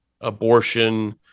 abortion